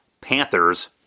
Panthers